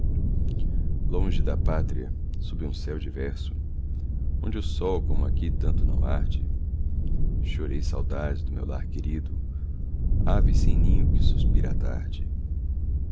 longe da pátria sob um céu diverso onde o sol como aqui tanto não arde chorei saudades do meu lar querido ave sem ninho que suspira à tarde